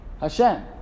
Hashem